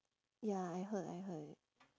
ya I heard I heard